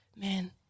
man